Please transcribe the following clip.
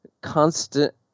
constant